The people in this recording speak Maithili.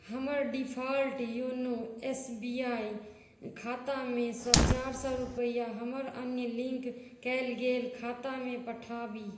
हमर default YONO S B I खाता मे सँ चारि सए रुपैआ हमर अन्य लिंक कयल गेल खाता मे पठाबी